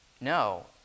No